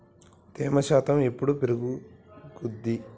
తేమ శాతం ఎప్పుడు పెరుగుద్ది?